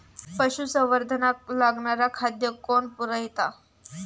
पशुसंवर्धनाक लागणारा खादय कोण पुरयता?